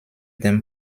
dem